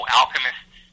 alchemists